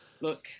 Look